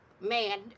man